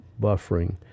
buffering